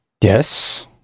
Yes